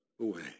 away